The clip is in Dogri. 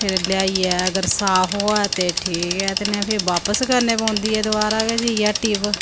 फिर लेआइयै अगर साफ होऐ ते ठीक ऐ नेईं ते फिर बापस करने पौंदी ऐ दबारा गै जाइयै हट्टी पर